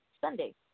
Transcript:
Sunday